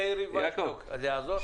אולי עורכת דין טירי וינשטוק, זה יעזור?